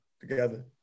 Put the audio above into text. together